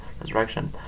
Resurrection